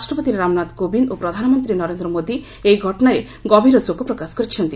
ରାଷ୍ଟ୍ରପତି ରାମନାଥ କୋବିନ୍ଦ୍ ଓ ପ୍ରଧାନମନ୍ତ୍ରୀ ନରେନ୍ଦ୍ର ମୋଦି ଏହି ଘଟଣାରେ ଗଭୀର ଶୋକ ପ୍ରକାଶ କରିଛନ୍ତି